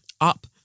up